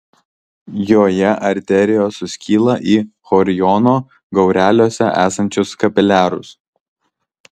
joje arterijos suskyla į choriono gaureliuose esančius kapiliarus